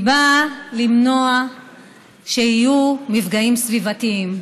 היא באה למנוע מפגעים סביבתיים.